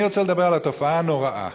אני רוצה לדבר על התופעה הנוראה